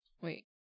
Wait